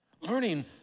learning